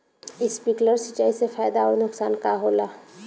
Sprinkler सिंचाई से फायदा अउर नुकसान का होला?